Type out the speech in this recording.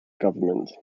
government